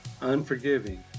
unforgiving